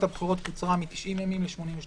הבחירות קוצרה מ-90 ימים ל-82 ימים.